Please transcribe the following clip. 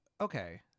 okay